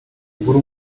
agura